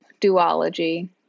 duology